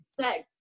sex